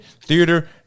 theater